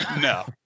no